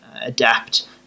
adapt